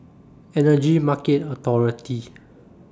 Energy Market Authority